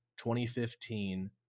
2015